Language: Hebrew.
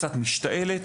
קצת משתעלת,